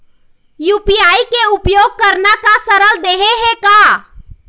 UPI के उपयोग करना का सरल देहें का?